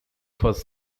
first